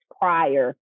prior